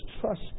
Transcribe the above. trust